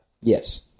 Yes